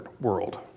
world